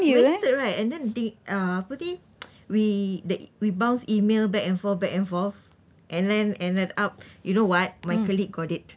wasted right and then the uh apa ni we the we bounce email back and forth back and forth and then ended up you know what my colleague got it